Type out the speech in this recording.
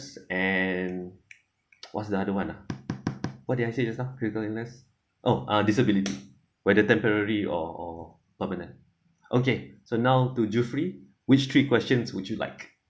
and what's the other one ah what did I say just now critical illness oh uh disability whether temporary or permanent okay so now to zuffrie which three questions would you like